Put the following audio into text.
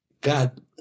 God